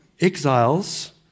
exiles